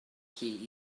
chi